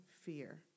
fear